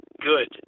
good